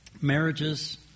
marriages